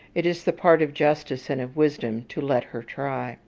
it is the part of justice and of wisdom to let her try.